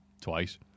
twice